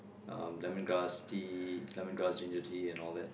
um lemongrass tee lemongrass ginger tea and all that